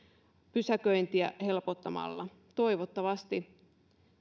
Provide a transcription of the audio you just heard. pysäköintiä helpottamalla toivottavasti